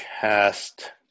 cast